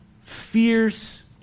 Fierce